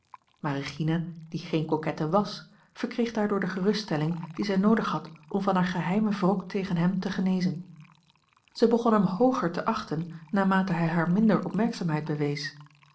maar regina die geene coquette was verkreeg daardoor de geruststelling die zij noodig had om van haar geheimen wrok tegen hem te genezen zij begon hem hooger te achten naarmate hij haar minder opmerkzaamheid bewees